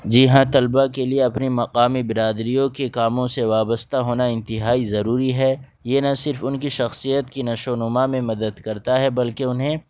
جی ہاں طلبا کے لیے اپنی مقامی برادریوں کے کاموں سے وابستہ ہونا انتہائی ضروری ہے یہ نہ صرف ان کی شخصیت کی نشو و نما میں مدد کرتا ہے بلکہ انہیں